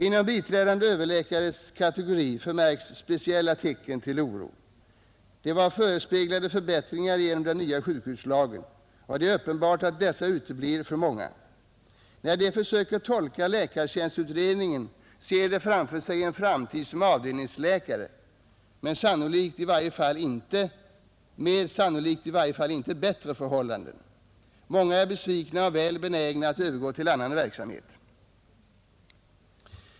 ——— Inom biträdande överläkares kategori förmärks speciella tecken till oro. De var förespeglade förbättringar genom den nya sjukhuslagen. Det är uppenbart att dessa uteblir för många. När de försöker tolka läkartjänstutredningen ser de framför sig en framtid som avdelningsläkare — med sannolikt i vart fall inte bättre förhållanden. Många är besvikna och väl benägna att övergå till annan verksamhet.